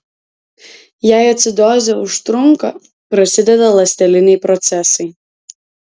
jei acidozė užtrunka prasideda ląsteliniai procesai